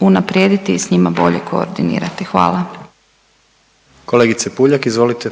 unaprijediti i s njima bolje koordinirati. Hvala. **Jandroković,